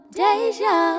deja